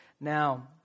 now